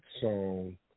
song